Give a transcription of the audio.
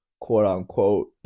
quote-unquote